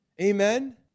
Amen